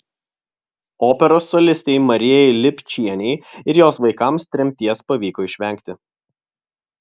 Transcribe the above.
operos solistei marijai lipčienei ir jos vaikams tremties pavyko išvengti